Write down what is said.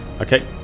Okay